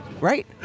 right